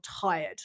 tired